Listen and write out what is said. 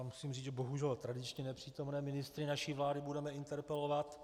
Já musím říci, že bohužel tradičně nepřítomné ministry naší vlády budeme interpelovat.